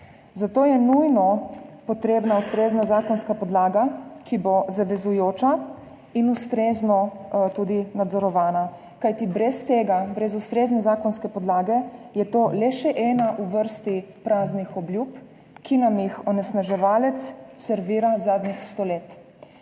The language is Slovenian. zato je nujno potrebna ustrezna zakonska podlaga, ki bo zavezujoča in tudi ustrezno nadzorovana, kajti brez tega, brez ustrezne zakonske podlage, je to le še ena v vrsti praznih obljub, ki nam jih onesnaževalec servira zadnjih sto let.